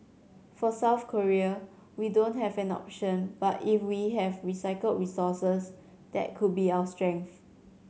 for South Korea we don't have an option but if we have recycled resources that could be our strength